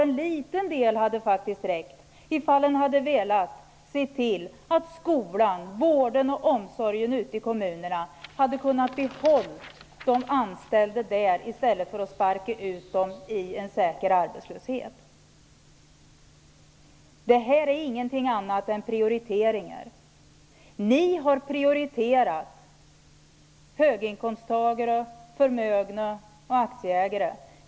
En liten del hade faktiskt räckt om man hade velat se till att skolan, vården och omsorgen ute i kommunerna skulle kunna behålla de anställda i stället för att sparka ut dem till en säker arbetslöshet. Det är inte fråga om någonting annat än prioriteringar. Ni har prioriterat höginkomsttagare, förmögna och aktieägare.